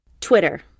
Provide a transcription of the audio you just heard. Twitter